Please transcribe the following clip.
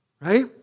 right